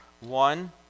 one